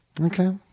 Okay